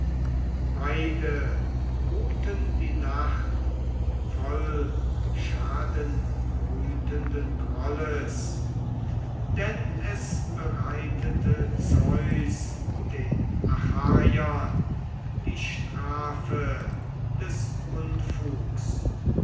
beide ruhten die nacht voll schadenbrütenden grolles denn es bereitete zeus den achaiern die strafe des unfugs